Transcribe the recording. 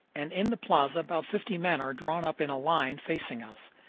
and in the plaza about fifty men are drawn up in a line facing us.